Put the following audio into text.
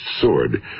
sword